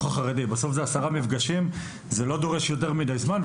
בסוף זה עשרה משפטים וזה לא דורש יותר מדי זמן,